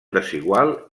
desigual